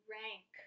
rank